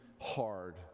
hard